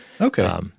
Okay